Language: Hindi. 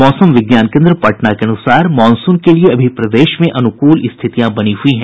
मौसम विज्ञान केन्द्र पटना के अनुसार मॉनसुन के लिए अभी प्रदेश में अनुकूल स्थितियां बनी हुई हैं